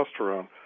testosterone